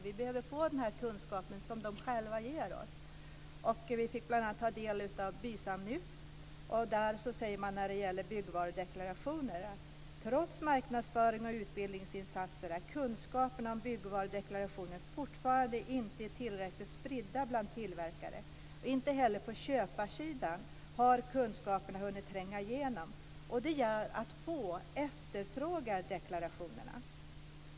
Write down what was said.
Vi behöver få den kunskap som de ger oss. Vi fick bl.a. ta del av BYSAM-nytt. Där säger man när det gäller byggvarudeklarationer att trots marknadsföring och utbildningsinsatser är kunskaperna om byggvarudeklarationer fortfarande inte tillräckligt spridda bland tillverkare. Inte heller på köparsidan har kunskaperna hunnit tränga igenom, och det gör att få efterfrågar deklarationerna.